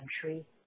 country